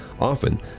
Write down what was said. Often